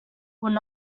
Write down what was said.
would